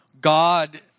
God